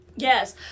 Yes